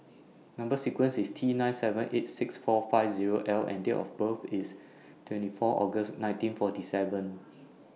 Number sequence IS T nine seven eight six four five Zero L and Date of birth IS twenty four August nineteen forty seven